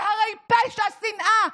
זה הרי פשע שנאה.